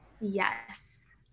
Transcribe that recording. Yes